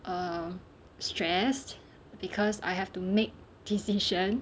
err stressed because I have to make decision